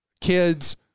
kids